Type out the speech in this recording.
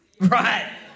Right